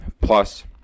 Plus